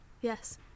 Yes